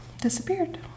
disappeared